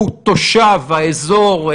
אני מניח שהשב"כ עוד מעט יפרט.